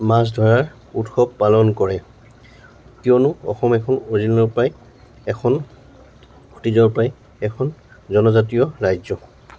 মাছ ধৰাৰ উৎসৱ পালন কৰে কিয়নো অসম এখন অৰিজনৰ পাই এখন অতিজৰ পৰাই এখন জনজাতীয় ৰাজ্য